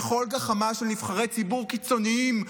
לכל גחמה של נבחרי ציבור קיצוניים,